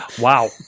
Wow